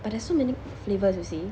but there's so many flavors you see